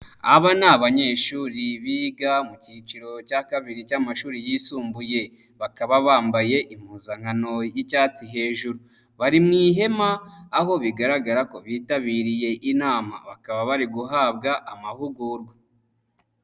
Aba ni abanyeshuri biga mu cyiciro cya kabiri cy'amashuri yisumbuye, bakaba bambaye impuzankano y'icyatsi hejuru, bari mu ihema, aho bigaragara ko bitabiriye inama, bakaba bari guhabwa amahugurwa.